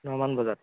নমান বজাত